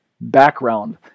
background